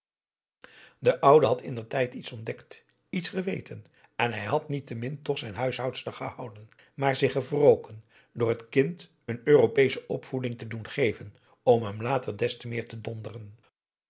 de oude had indertijd iets ontdekt iets geweten en hij had niettemin toch zijn huishoudster gehouden maar zich gewroken door het kind een europeesche opvoeding te doen geven om hem later des te meer te donderen